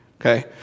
Okay